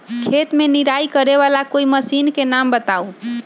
खेत मे निराई करे वाला कोई मशीन के नाम बताऊ?